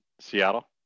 Seattle